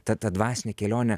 ta ta dvasinė kelionė